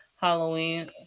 Halloween